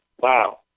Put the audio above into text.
wow